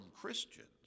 Christians